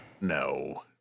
No